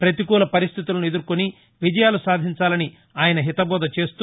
పతికూల పరిస్థితులను ఎదుర్కొని విజయాలు సాధించాలని ఆయన హిత బోధ చేస్తూ